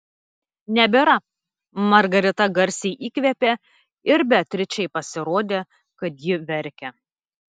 nebėra margarita garsiai įkvėpė ir beatričei pasirodė kad ji verkia